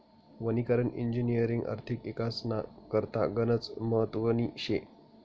वनीकरण इजिनिअरिंगनी आर्थिक इकासना करता गनच महत्वनी शे